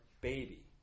baby